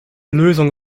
lösung